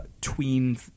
tween